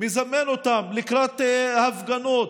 מזמן אותם לקראת הפגנות,